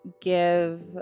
give